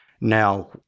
Now